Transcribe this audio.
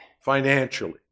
financially